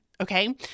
Okay